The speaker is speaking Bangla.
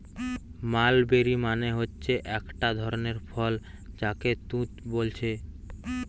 মালবেরি মানে হচ্ছে একটা ধরণের ফল যাকে তুত বোলছে